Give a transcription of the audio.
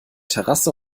terrasse